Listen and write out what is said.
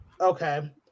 Okay